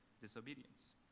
disobedience